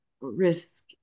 risk